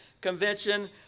convention